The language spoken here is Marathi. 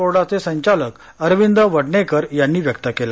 बोर्डचे संचालक अरविंद वडनेरकर यांनी व्यक्त केला